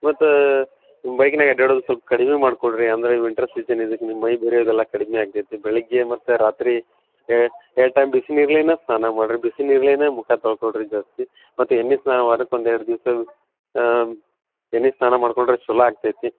ಮತ್ತು ಬೈಕಿನಾಗೆ ಅಡ್ಡಾಡುದು ಸ್ವಲ್ಪ್ ಕಡಿಮೆ ಮಾಡಿಕೊಳ್ರಿ ಅಂದರೆ ವಿಂಟ್ರ ಸೀಜನ್ ಇದೆ ನಿಮ್ಮ ಮೈ ಬಿರಿಯೋದೆಲ್ಲ ಕಡಿಮೆ ಆಗ್ತೈತಿ ಬೆಳಗ್ಗೆ ಮತ್ತು ರಾತ್ರಿ ಎರಡು ಟೈಮ್ ಬಿಸಿನೀರ್ಲಿನೇ ಸ್ನಾನ ಮಾಡಿರಿ ಬಿಸಿ ನೀರ್ಲಿನೇ ಮುಖ ತೊಳಕೊಳ್ರಿ ಜಾಸ್ತಿ ಮತ್ತು ಎಣ್ಣಿ ಸ್ನಾನ ವಾರಕ್ಕೊಂದು ಎರಡು ದಿವಸ ಎಣ್ಣಿ ಸ್ನಾನ ಮಾಡಿಕೊಂಡ್ರೆ ಚಲೋ ಆಗ್ತೈತಿ